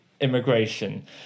immigration